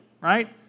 right